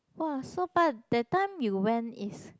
!wah! so but that time you went is